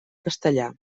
castellà